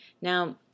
Now